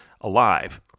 alive